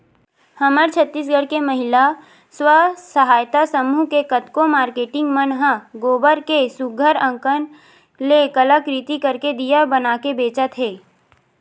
हमर छत्तीसगढ़ के महिला स्व सहयता समूह के कतको मारकेटिंग मन ह गोबर के सुग्घर अंकन ले कलाकृति करके दिया बनाके बेंचत हे